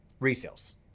resales